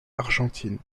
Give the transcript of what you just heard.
argentine